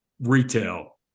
retail